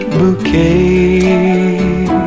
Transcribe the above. bouquet